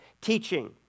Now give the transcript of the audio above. teaching